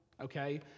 okay